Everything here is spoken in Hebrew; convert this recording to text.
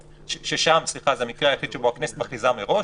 זה המקרה היחיד שבו הכנסת מכריזה מראש,